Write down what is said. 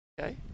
Okay